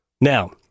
Now